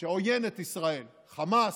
שעוין את ישראל, חמאס,